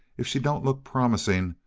if she don't look promising,